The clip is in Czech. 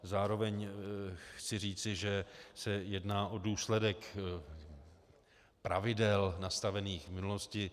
Zároveň chci říci, že se jedná o důsledek pravidel nastavených v minulosti.